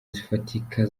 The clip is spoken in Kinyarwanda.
zifatika